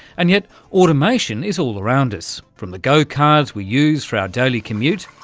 and yet, automation is all around us, from the go-cards we use for our daily commute,